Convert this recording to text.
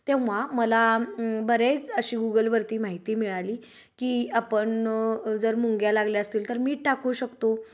तेव्हा मला बरेच अशी गुगलवरती माहिती मिळाली की आपण जर मुंग्या लागल्या असतील तर मीठ टाकू शकतो